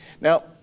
now